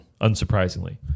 unsurprisingly